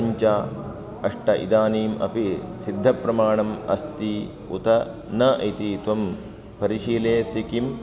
पञ्च अष्ट इदानीम् अपि सिद्धप्रमाणम् अस्ति उत न इति त्वं परिशीलयसि किम्